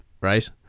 right